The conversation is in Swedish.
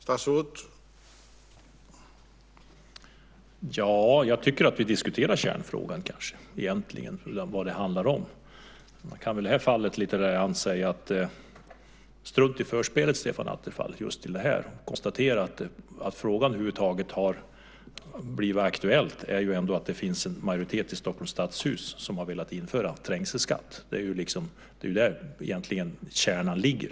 Herr talman! Jag tycker nog att vi egentligen diskuterar kärnfrågan och vad det handlar om. I det här fallet kan man nog säga: Strunt i förspelet, Stefan Attefall! Man kan konstatera att det ändå finns en majoritet i Stockholms stadshus som har velat införa trängselskatt. Det är ju därför frågan över huvud taget har blivit aktuell. Det är egentligen där som kärnan finns.